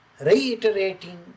Reiterating